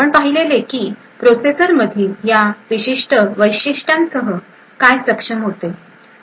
आपण पाहिलेले की प्रोसेसरमधील या विशिष्ट वैशिष्ट्यासह काय सक्षम होते